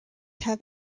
have